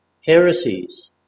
heresies